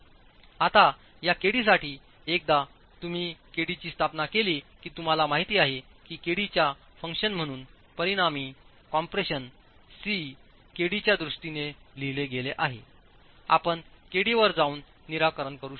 आता या kd साठी एकदा तुम्ही kd ची स्थापना केली की तुम्हाला माहिती आहे की kd च्या फंक्शन म्हणून परिणामी कॉम्प्रेशन C केडीच्या दृष्टीने लिहिले गेले आहे आपण kd वर जाऊन निराकरण करू शकता